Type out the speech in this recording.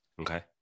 Okay